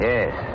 Yes